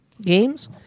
games